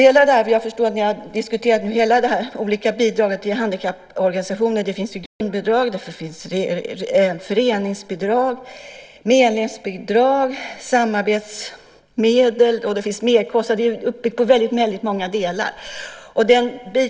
Jag förstår att ni har diskuterat alla de olika bidragen till handikapporganisationerna. Det finns grundbidrag, föreningsbidrag, medlemsbidrag, samarbetsmedel och merkostnadsbidrag. Bidraget består av väldigt många delar.